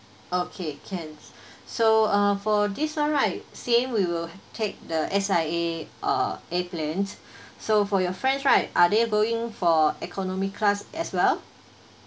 okay can so uh for this one right same we will take the S_I_A uh airplane so for your friends right are they going for economy class as well